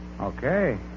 Okay